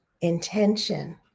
intention